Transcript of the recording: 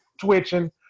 twitching